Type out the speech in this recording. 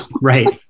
right